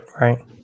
right